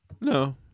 No